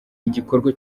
igikorwa